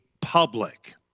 public